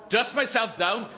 dust myself down,